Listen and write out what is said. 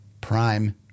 Prime